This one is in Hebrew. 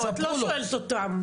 לא, את לא שואלת אותם.